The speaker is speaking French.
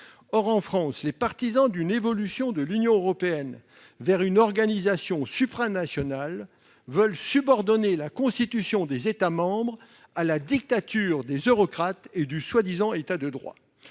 ! Or les partisans d'une évolution de l'Union européenne vers une organisation supranationale veulent subordonner les constitutions des États membres à la dictature des eurocrates et du prétendu État de droit.